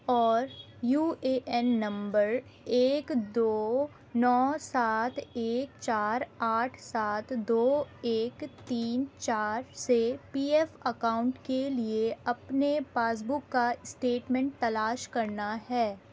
اور U A N number ایک دو نو سات ایک چار آٹھ سات دو ایک تین چار سے پی ایف اکاؤنٹ کے لیے اپنے پاس بک کا اسٹیٹمنٹ تلاش کرنا ہے